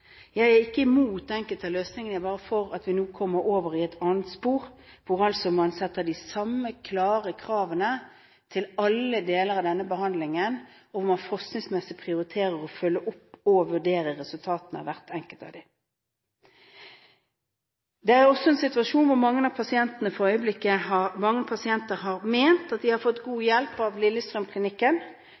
Jeg er ikke imot enkelte løsninger, jeg er bare for at vi nå kommer over i et annet spor, hvor man setter de samme klare kravene til alle deler av denne behandlingen, og hvor man forskningsmessig prioriterer å følge opp og vurdere resultatene, hvert enkelt av dem. Det er også en situasjon at mange pasienter har ment at de har fått god hjelp fra Lillestrømklinikken,